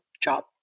job